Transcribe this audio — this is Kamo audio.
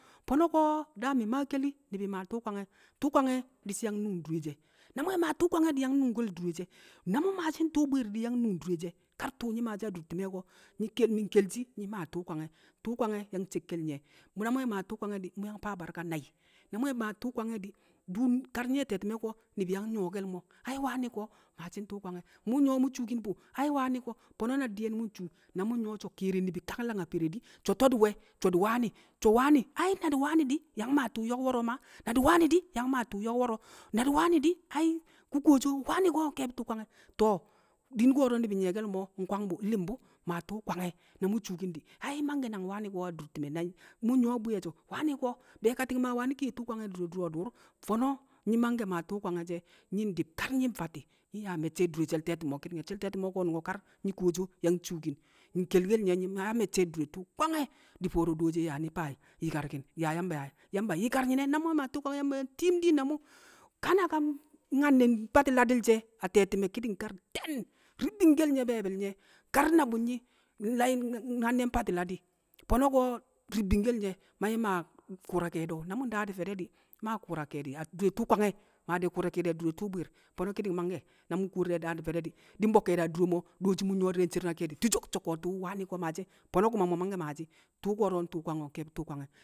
Fo̱no̱ ko̱ daa mi̱ mmaa keli ni̱bi̱ maa tu̱u̱ kwange̱. tu̱u̱ kwange̱ di̱shi̱ yang nu̱ng dure she̱. Na mu̱ we̱ maa tu̱u̱ kwange̱ di̱ yang nu̱ng dure she̱, na mu̱ maashi̱ ntu̱u̱ bwi̱i̱r di̱ yang nu̱ngkẹl dure she̱. Kar tu̱u̱ nyi̱ maashi̱ adur ti̱mẹ ko̱ nyi̱ kel mi̱ nkelshi, nyi̱ maa tu̱u̱ kwange̱, tu̱u̱ kwange̱ yuang cekkel nye̱. Bu̱ mu̱ we̱ maa tu̱u̱ kwange̱ di̱ mu̱ yang faa barka nai̱. Na mu̱ mangke̱ maa tu̱u̱ kwange̱ di̱, dun kar nyẹ te̱ti̱me̱ ko̱ ni̱bi̱ yang nyu̱wo̱ke̱l mo̱, ai wane̱ ko̱ maashi̱ ntu̱u̱ kwange̱, mu̱ nyu̱wo̱ mu̱ shuukin fu̱, ai wane ko̱, fo̱no̱ na di̱ye̱n mu̱ nshuu mu̱ nyu̱wo̱ so̱ ni̱bi̱ kere tanglang a fere di̱, so̱ to̱ di̱ we̱? so̱ di̱ wani̱. Ai na di̱ wani di̱, yang maa tu̱u̱ nyo̱k wo̱ro̱ maa, na di̱ wani di̱, yang maa tu̱u̱ nyo̱k wo̱ro̱, na di̱ wani di̱, ai, wani ko̱ ku̱ kuwoshi o nke̱e̱bi̱ tu̱u̱ kwange̱. To̱, din ko̱ro̱ ni̱bi̱ nyi̱ye̱ke̱l mo̱ nkwang bu̱, nli̱m bu̱, maa tu̱u̱ kwange̱ na mi̱ di̱ shuuukin di̱, ai mangke̱ nang wane ko adur ti̱me̱ nai̱. Mu̱ nyu̱wo̱ bwi̱ye̱ so̱, wane ko̱, be̱e̱kati̱ng maa wani̱ kiye tu̱u̱ kwange̱ adure du̱ro̱ du̱u̱r Fo̱no̱ nyi̱ mangke̱ maa tu̱u̱ kwange̱ she̱. Nyi̱ ndi̱b kar nyi̱ mfati̱, nyi̱ yaa me̱cce̱ dure she̱l te̱ti̱me̱ ki̱ni̱ng ẹ, she̱l te̱ti̱me̱ o̱ ko̱ kar nyi̱ kuwo so ysng shuukin. Mi̱ nkelkel nyẹ nyi̱ yaa me̱cce̱ dure tu̱u̱ kwange̱, di̱ fo̱o̱ro̱ dooshi yaa nyi̱ faa yi̱karki̱n, yaa Yamba yaa, Yamba yi̱kar nyi̱ne̱. Na mu̱ we̱ maa tu̱u̱ kwange̱ Yamba yang ti̱i̱m diin na mu̱. Kananka Nyanne̱ mfati̱ ladil shẹ a tẹti̱me̱ ki̱di̱ng kar te̱n, ribbingkel nye̱ be̱e̱bi̱l nye̱, kar na ɓu̱ nyi̱. Nyi̱ yayi̱n Nyanne̱ mfati̱ ladi Fo̱no̱ ko̱ ribbingkel nye̱ ma nyi̱ maa ku̱u̱ra ke̱e̱di̱ o̱? Na mu̱ daa di̱ fe̱de̱ di̱ mmaa ku̱u̱ra ke̱e̱di̱ adure tu̱u̱ kwange̱, maa ku̱u̱ra ke̱e̱di̱ adure tu̱u̱ bwi̱i̱r Fo̱no̱ ki̱ni̱ng mangke̱. Na mu̱ nkuwo di̱rẹ ndaam di̱ fe̱de̱ di̱, di̱ mbo̱ ke̱e̱di̱ adure mo̱, dooshi mu̱ nyu̱wo̱ di̱re̱ ncero na ke̱e̱di̱ ticok so̱ tu̱u̱ wane ko̱ maashi̱, fo̱no̱ ku̱ma mu̱ mangke̱ maashi̱. Tu̱u̱ ko̱ro̱ ntu̱u̱ kwange̱ ko̱? Nke̱e̱bi̱ tu̱u̱ kwange̱.